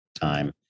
time